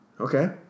Okay